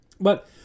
but-